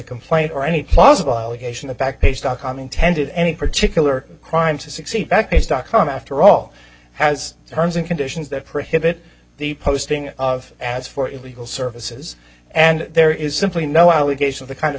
complaint or any plausible allegation a back page dot com intended any particular crime to succeed backtrace dot com after all has terms and conditions that prohibit the posting of ads for illegal services and there is simply no allegation of the kind of